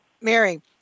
Mary